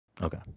Okay